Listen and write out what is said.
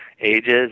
ages